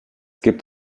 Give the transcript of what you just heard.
gibt